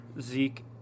Zeke